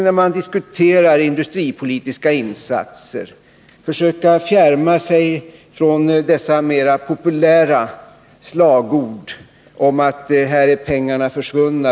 När man diskuterar industripolitiska insatser tror jag att man måste försöka fjärma sig från dessa mer populära slagord om att här är pengarna försvunna.